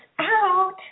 out